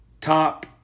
top